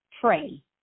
pray